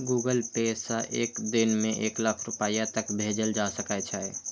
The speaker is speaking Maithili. गूगल पे सं एक दिन मे एक लाख रुपैया तक भेजल जा सकै छै